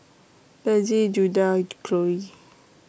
Bethzy Judah and Chloie